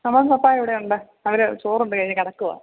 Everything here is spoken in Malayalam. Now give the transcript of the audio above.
പപ്പാ ഇവിടെയുണ്ട് അവര് ചോറുണ്ട് കഴിഞ്ഞ് കിടക്കുകയാണ്